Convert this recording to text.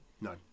No